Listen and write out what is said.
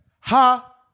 Ha